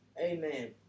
Amen